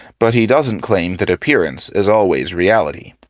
but he doesn't claim that appearance is always reality.